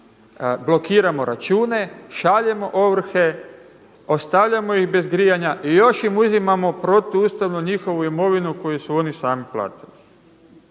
blokiramo račune, šaljemo ovrhe, ostavljamo ih bez grijanja i još im uzimamo protuustavnu njihovu imovinu koju su oni sami platili.